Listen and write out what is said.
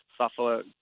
suffer